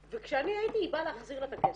וכשאני הייתי היא באה להחזיר לה את הכסף,